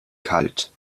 kalt